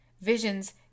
Visions